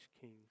kings